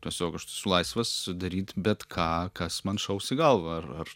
tiesiog aš esu laisvas daryt bet ką kas man šaus į galvą ar ar